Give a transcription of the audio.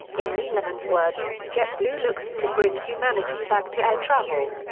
in neeleman's words, jetblue looks to bring humanity back to air travel.